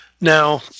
Now